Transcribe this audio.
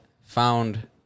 found